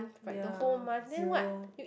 ya zero